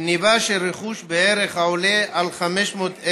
גנבה של רכוש בערך העולה על 500,000